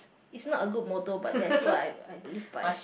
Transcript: it's not a good motto but that's what I I believe by